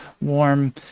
warm